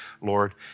Lord